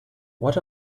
what